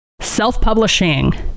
self-publishing